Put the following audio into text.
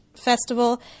festival